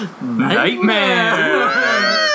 Nightmare